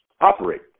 operate